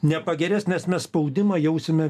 nepagerės nes mes spaudimą jausime